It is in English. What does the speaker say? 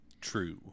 True